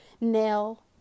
nail